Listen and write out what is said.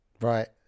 Right